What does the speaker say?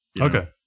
Okay